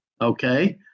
okay